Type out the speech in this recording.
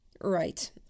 Right